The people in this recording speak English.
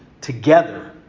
together